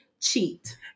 cheat